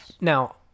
Now